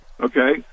Okay